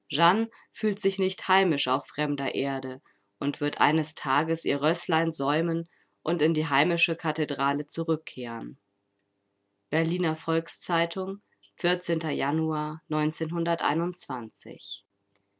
fühlt sich nicht heimisch auf fremder erde und wird eines tages ihr rößlein säumen und in die heimische kathedrale zurückkehren berliner volks-zeitung januar